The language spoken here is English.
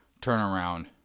turnaround